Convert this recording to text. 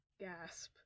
gasp